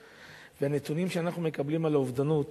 והנתונים שאנחנו מקבלים על אובדנות